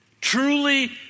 Truly